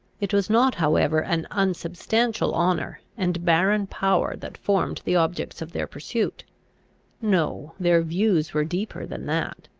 it was not however an unsubstantial honour and barren power that formed the objects of their pursuit no, their views were deeper than that.